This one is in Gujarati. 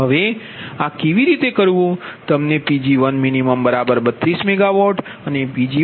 હવે આ કેવી રીતે કરવું